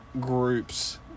Groups